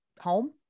home